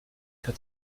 hat